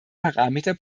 parameter